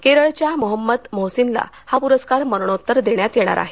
केरळच्या मुहम्मद मुहसिनला हा पुरस्कार मरणोत्तर देण्यात येणार आहे